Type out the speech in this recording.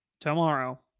tomorrow